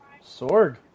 Sword